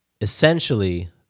Essentially